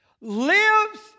lives